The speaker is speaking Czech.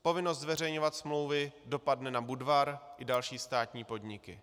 Povinnost zveřejňovat smlouvy dopadne na Budvar i další státní podniky.